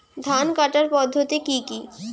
ধান কাটার পদ্ধতি কি কি?